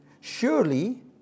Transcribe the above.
surely